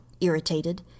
irritated